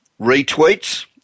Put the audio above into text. retweets